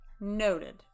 noted